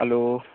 hello